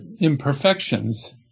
imperfections